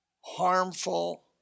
harmful